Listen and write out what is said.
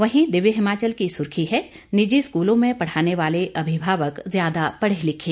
वहीं दिव्य हिमाचल की सुर्खी है निजी स्कूलों में पढ़ाने वाले अभिभावक ज्यादा पढ़े लिखे